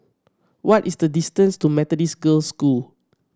what is the distance to Methodist Girls' School